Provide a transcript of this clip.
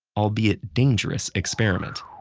albeit dangerous, experiment.